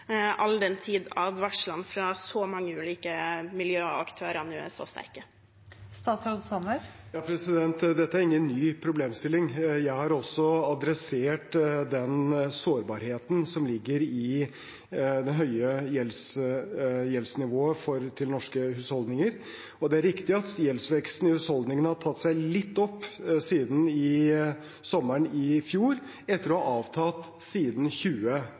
all den tid advarslene fra så mange ulike miljøer og aktører nå er så sterke? Dette er ingen ny problemstilling. Jeg har også adressert den sårbarheten som ligger i det høye gjeldsnivået for norske husholdninger, og det er riktig at gjeldsveksten i husholdningene har tatt seg litt opp siden i fjor sommer, etter å ha avtatt siden